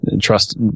trust